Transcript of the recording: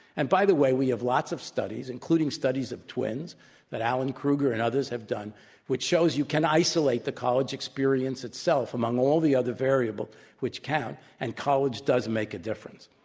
and by the way, we have lots of studies, including studies of twins that allen kruger and others have done which shows you can isolate the college experience itself among all the other variables which count. and college does make a difference.